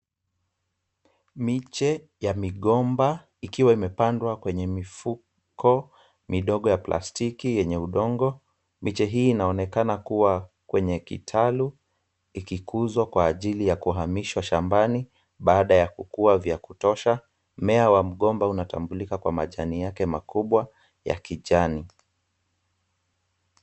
Miche ya migomba ikiwa imepandwa kwenye mifuko midogo ya plastiki yenye udongo. Miche hii inaonekana kuwa kwenye kitalu ikikuzwa kwa ajili ya kuhamishwa shambani baada ya kukuwa vya kutosha. Mmea wa mgomba unatambulika kwa majani yake makubwa ya kijani.